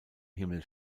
himmel